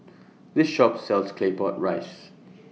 This Shop sells Claypot Rice